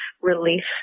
relief